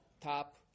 top